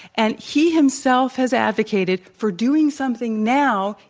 and he himself has advocated for doing something now,